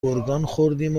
ﮔﺮﮔﺎﻥ